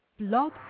Blog